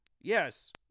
Yes